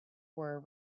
were